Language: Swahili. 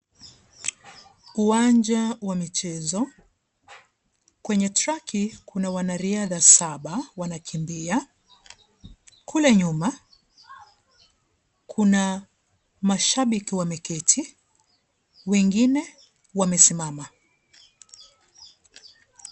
Uwanja wa michezo, kwenye track kuna wanariadha saba wanakimbia ,kule nyuma kuna mashabiki wameketi wengine wamesimama.